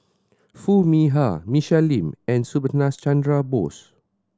Foo Mee Har Michelle Lim and Subhas Chandra Bose